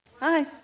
Hi